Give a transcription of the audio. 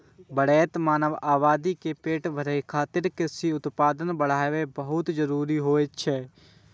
बढ़ैत मानव आबादी के पेट भरै खातिर कृषि उत्पादन बढ़ाएब बहुत जरूरी होइ छै